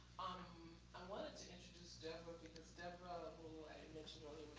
i wanted to introduce deborah because deborah who i had